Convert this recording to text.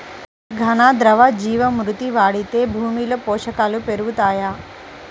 ఘన, ద్రవ జీవా మృతి వాడితే భూమిలో పోషకాలు పెరుగుతాయా?